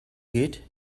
geht